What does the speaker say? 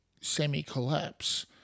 semi-collapse